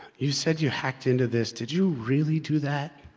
you said you hacked into this, did you really do that?